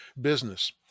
business